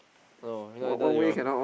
no cannot later you